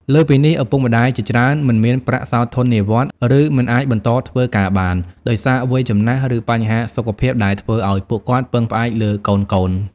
លើសពីនេះ ឪពុកម្ដាយជាច្រើនមិនមានប្រាក់សោធននិវត្តន៍ ឬមិនអាចបន្តធ្វើការបាន ដោយសារវ័យចំណាស់ ឬបញ្ហាសុខភាព ដែលធ្វើឱ្យពួកគាត់ពឹងផ្អែកលើកូនៗ។